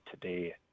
today